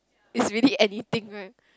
is really anything one